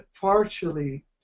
partially